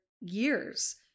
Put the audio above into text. years